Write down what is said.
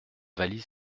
valise